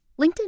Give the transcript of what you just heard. linkedin